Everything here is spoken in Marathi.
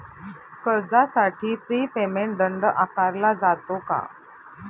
कर्जासाठी प्री पेमेंट दंड आकारला जातो का?